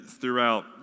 throughout